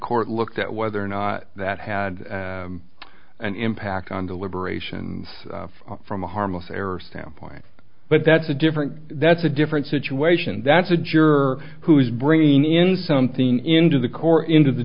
court looked at whether or not that had an impact on the liberation from a harmless error stem point but that's a different that's a different situation that's a juror who's bringing in something into the core into the